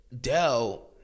Dell